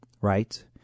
right